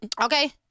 Okay